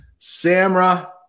Samra